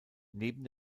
neben